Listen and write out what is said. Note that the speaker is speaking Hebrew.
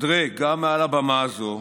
אנדרי, גם מעל הבמה הזו